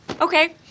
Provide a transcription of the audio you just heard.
Okay